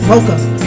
Welcome